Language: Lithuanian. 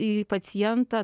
į pacientą